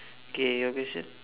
K your question